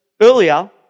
earlier